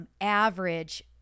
average